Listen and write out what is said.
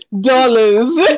dollars